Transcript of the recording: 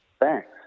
Thanks